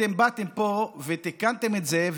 אתם באתם לפה ותיקנתם את זה,